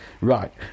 Right